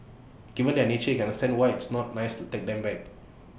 given their nature you can understand why it's not nice to take them back